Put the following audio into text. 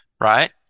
right